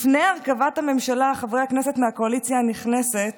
לפני הרכבת הממשלה, חברי הכנסת מהקואליציה הנכנסת